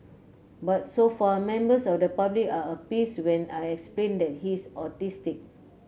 but so far members of the public are appeased when I explain that he's autistic